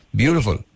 beautiful